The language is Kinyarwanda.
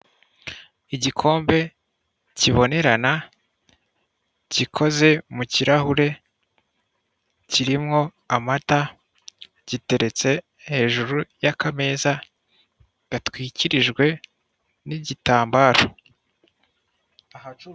Igikombe kibonerana gikoze mu kirahure, kirimo amata giteretse hejuru y'akameza gatwikirijwe n'igitambaro.